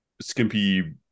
skimpy